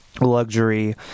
luxury